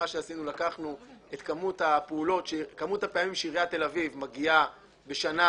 לקחנו את כמות הפעמים שעיריית תל-אביב מגיעה בשנה